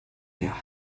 der